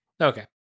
Okay